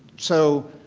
so,